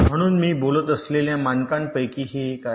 म्हणून मी बोलत असलेल्या मानकांपैकी हे एक आहे